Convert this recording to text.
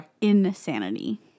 insanity